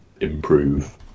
improve